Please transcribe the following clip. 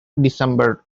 december